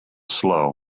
slow